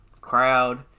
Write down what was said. crowd